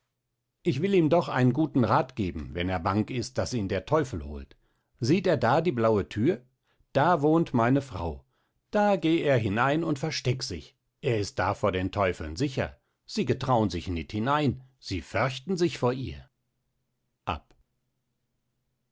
ich will ihm doch noch einen guten rath geben wenn er bang ist daß ihn der teufel holt sieht er da die blaue thür da wohnt meine frau da geh er hinein und versteck sich er ist da vor den teufeln sicher sie getrauen sich nit hinein sie förchten sich vor ihr ab